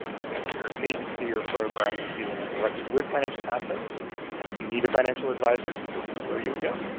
so if your agency or program is dealing directly with financial assets and you need a financial advisor this is where you would go.